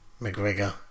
McGregor